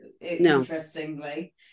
interestingly